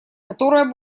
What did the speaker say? которое